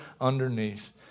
underneath